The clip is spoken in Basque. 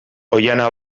oihana